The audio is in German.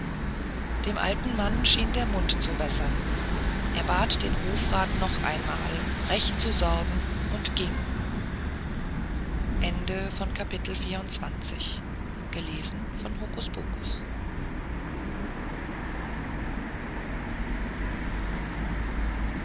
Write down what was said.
dem alten mann schien der mund zu wässern er bat den hofrat noch einmal recht zu sorgen und ging